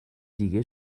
دیگه